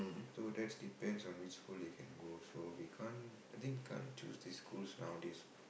so that's depend on which school they can go for we can't I think can't choose these schools nowadays lah